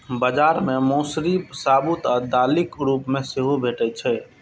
बाजार मे मौसरी साबूत आ दालिक रूप मे सेहो भैटे छै